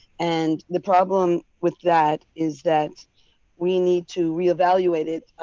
and the problem with that is that we need to reevaluate it.